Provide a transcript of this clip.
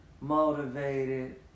motivated